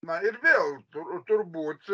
na ir vėl tur turbūt